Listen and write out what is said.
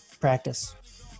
practice